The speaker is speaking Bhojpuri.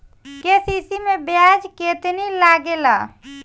के.सी.सी मै ब्याज केतनि लागेला?